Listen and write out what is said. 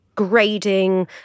grading